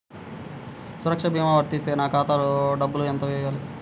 సురక్ష భీమా వర్తిస్తే నా ఖాతాలో డబ్బులు ఎంత వేయాలి?